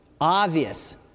Obvious